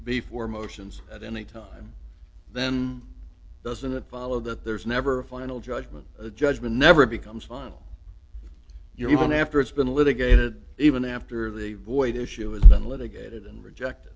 before motions at any time then doesn't it follow that there is never a final judgment the judgment never becomes final your even after it's been litigated even after the void issue has been litigated and reject